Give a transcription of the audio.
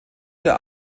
der